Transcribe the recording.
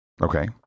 Okay